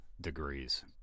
degrees